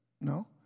no